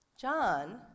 John